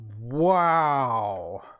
wow